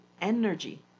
Energy